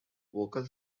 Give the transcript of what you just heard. vocal